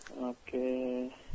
Okay